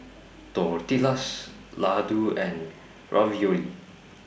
Tortillas Ladoo and Ravioli